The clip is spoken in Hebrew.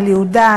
על יהודה,